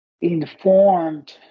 informed